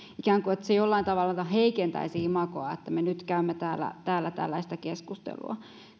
että se jollain tavalla ikään kuin heikentäisi imagoa että me nyt käymme täällä täällä tällaista keskustelua